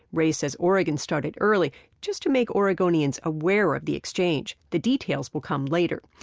ray says oregon started early just to make oregonians aware of the exchange. the details will come later.